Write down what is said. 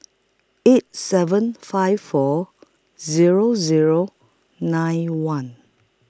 eight seven five four Zero Zero nine one